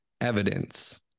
evidence